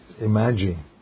imagine